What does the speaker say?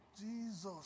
Jesus